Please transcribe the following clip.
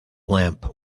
lamp